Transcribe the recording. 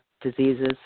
diseases